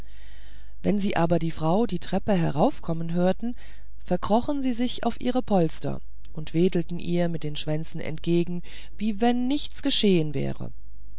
wenn sie aber die frau die treppe heraufkommen hörten verkrochen sie sich auf ihre polster und wedelten ihr mit den schwänzen entgegen wie wenn nichts geschehen wäre